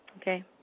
Okay